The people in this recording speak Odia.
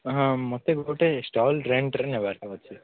ହଁ ମୋତେ ଗୋଟେ ଷ୍ଟଲ୍ ରେଣ୍ଟ୍ରେ ନେବାର ଅଛି